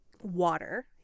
water